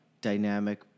dynamic